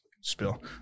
Spill